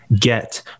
get